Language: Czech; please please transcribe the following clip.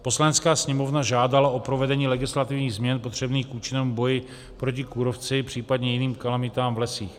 Poslanecká sněmovna žádala o provedení legislativních změn potřebných k účinnému boji proti kůrovci, případně jiným kalamitách v lesích.